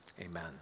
amen